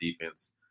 defense